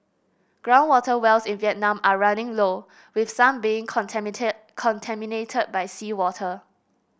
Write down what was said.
ground water wells in Vietnam are running low with some being contaminated by seawater